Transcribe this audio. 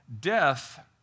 Death